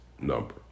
number